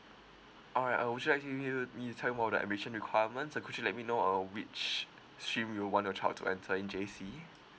all right uh would you like you me to tell you more about the admission requirements uh could you let me know uh which uh scheme you want your child to enter in J_C